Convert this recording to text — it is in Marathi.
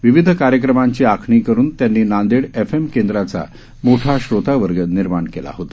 विविध कार्यक्रमांची आखणी करून त्यांनी नांदेड एफ एम केंद्राचा मोठा श्रोतावर्ग निर्माण केला होता